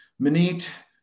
Manit